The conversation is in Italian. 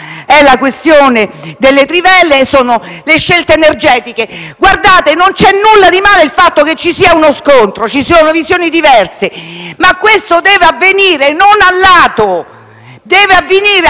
la questione delle trivelle e le scelte energetiche. Guardate, non c'è nulla di male nel fatto che ci sia uno scontro, perché ci sono visioni diverse, ma questo deve avvenire non a lato, ma all'interno